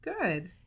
Good